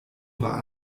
war